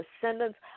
descendants